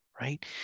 right